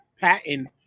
patent